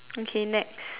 okay next